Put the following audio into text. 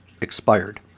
Expired